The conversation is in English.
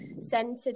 centered